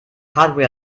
hardware